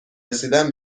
رسیدن